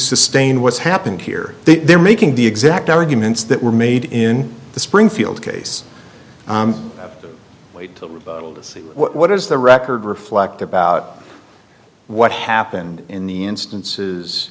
sustain what's happened here they're making the exact arguments that were made in the springfield case wait to see what does the record reflect about what happened in the instances